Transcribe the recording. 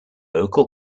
local